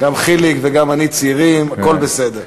גם חיליק וגם אני צעירים, הכול בסדר.